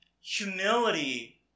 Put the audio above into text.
humility